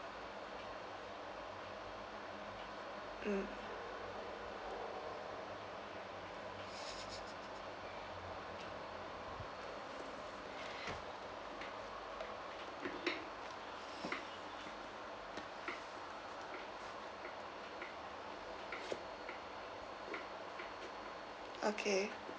mm okay